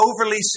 overly